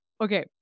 Okay